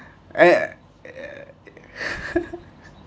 and